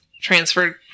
transferred